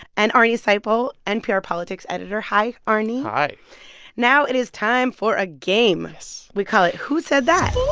and arnie seipel, npr politics editor. hi, arnie hi now it is time for a game yes we call it who said that